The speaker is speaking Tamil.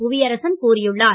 புவியரசன் கூறியுள்ளார்